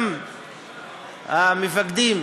המפקדים